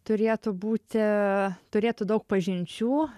turėtų būti turėtų daug pažinčių